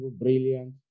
brilliant